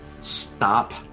stop